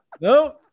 no